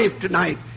tonight